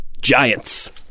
Giants